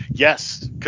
Yes